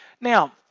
Now